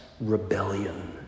Rebellion